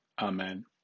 amen